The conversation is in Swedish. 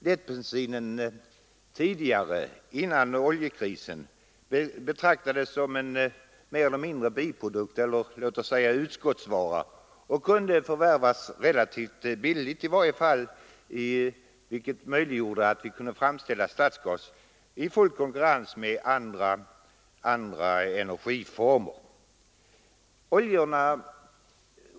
Lättbensin betraktades före oljekrisen mer eller mindre som en biprodukt eller låt oss säga utskottsvara och kunde förvärvas relativt billigt, vilket gjorde att vi kunde framställa stadsgas i full konkurrens med andra energiformer.